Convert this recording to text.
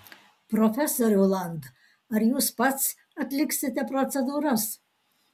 profesoriau land ar jūs pats atliksite procedūras